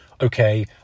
okay